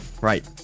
Right